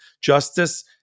justice